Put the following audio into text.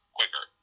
quicker